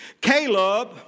Caleb